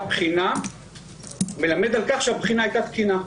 בחינה מלמד על כך שהבחינה הייתה תקינה?